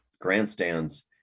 grandstands